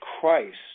Christ